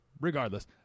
regardless